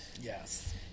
Yes